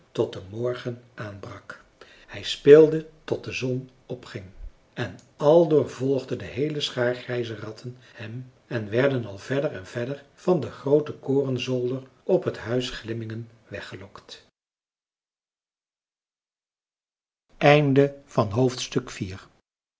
tot de morgen aanbrak hij speelde tot de zon opging en aldoor volgde de heele schaar grijze ratten hem en werden al verder en verder van den grooten korenzolder op het huis glimmingen weggelokt v